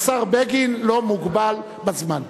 השר בגין לא מוגבל בזמן.